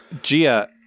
Gia